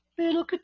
Little